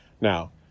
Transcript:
Now